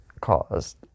caused